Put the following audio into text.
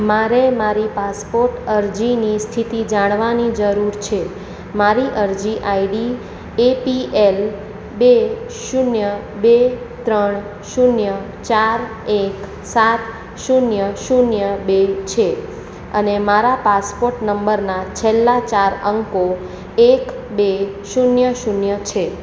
મારે મારી પાસપોર્ટ અરજીની સ્થિતિ જાણવાની જરૂર છે મારી અરજી આઈડી એપીએલ બે શૂન્ય બે ત્રણ શૂન્ય ચાર એક સાત શૂન્ય શૂન્ય બે છે અને મારા પાસપોર્ટ નંબરના છેલ્લા ચાર અંકો એક બે શૂન્ય શૂન્ય છે